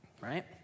right